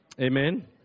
Amen